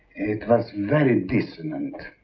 it was very dissonant.